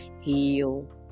heal